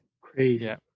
Crazy